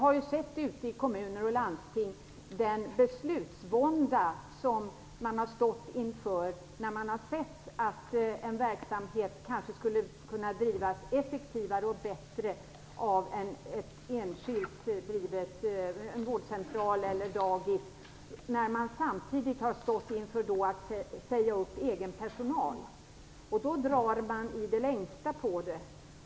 Fru talman! Jag har sett den beslutsvånda som man i kommuner och landsting drabbats av när man ser att en verksamhet kanske skulle kunna bedrivas effektivare och bättre av en vårdcentral eller ett dagis i enskild regi, samtidigt som man stått inför att säga upp egen personal. Man drar sig i det längsta för detta.